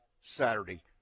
Saturday